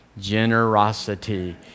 generosity